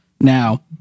Now